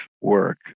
work